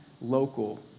local